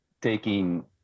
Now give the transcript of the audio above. taking